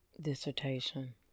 Dissertation